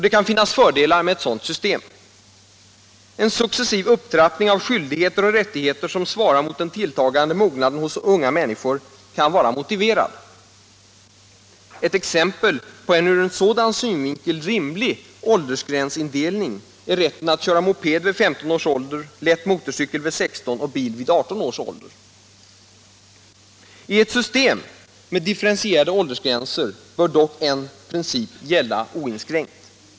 Det kan finnas fördelar med ett sådant system. En successiv upptrappning av skyldigheter och rättigheter som svarar mot den tilltagande mognaden hos unga människor är motiverad. Ett exempel på en ur en sådan synvinkel rimlig åldersgränsindelning är rätten att köra moped vid 15 års ålder, lätt motorcykel vid 16 och bil vid 18 års ålder. I ett system med differentierade åldersgränser bör dock en princip gälla oinskränkt.